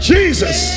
Jesus